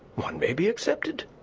one may be accepted.